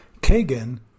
Kagan